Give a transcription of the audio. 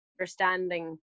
understanding